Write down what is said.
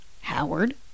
howard